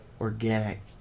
organic